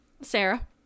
sarah